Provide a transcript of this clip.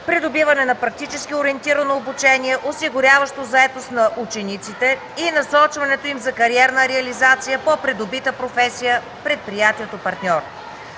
придобиване на практически ориентирано обучение, осигуряващо заетост на учениците, и насочването им за кариерна реализация по придобитата професия в предприятието партньор.